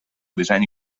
disseny